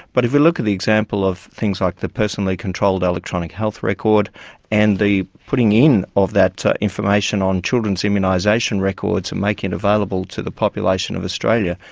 but if we look at the example of things like the personally controlled electronic health record and the putting in of that information on children's immunisation records and making it available to the population of australia,